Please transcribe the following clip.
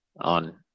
on